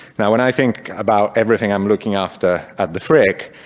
now when i think about everything i'm looking after at the frick,